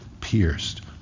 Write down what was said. pierced